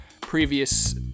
previous